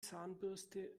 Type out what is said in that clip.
zahnbürste